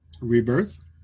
Rebirth